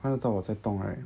看得到我在动 right